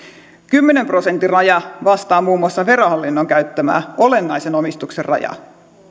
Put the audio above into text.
kymmenen prosentin raja vastaa muun muassa verohallinnon käyttämää olennaisen omistuksen rajaa